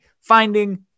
finding